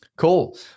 Cool